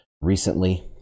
recently